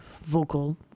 vocal